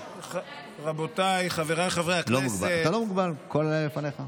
רבותיי חברי הכנסת,